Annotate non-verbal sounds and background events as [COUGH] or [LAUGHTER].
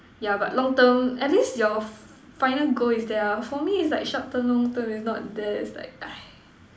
yeah but long term at least your final goal is there ah for me is like short term long term is not there is like [NOISE]